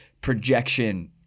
projection